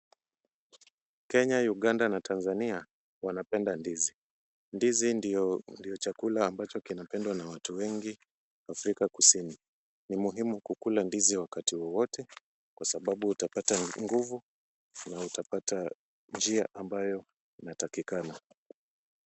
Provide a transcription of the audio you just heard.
Kenya, Uganda na Tanzania wanapenda ndizi. Ndizi ndio chakula kinapendwa na watu wengi Afrika kusini. Ni muhimu kukula ndizi wakati wowote, kwa sababu utapata nguvu na utapata njia ambayo inatakikana.